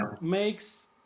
makes